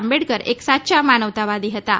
આંબેડકર એક સાચ્યા માનવતાવાદી હતાં